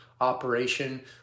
operation